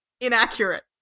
Inaccurate